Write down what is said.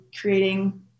creating